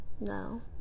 No